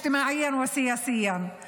כולנו מחבקים את המשפחות,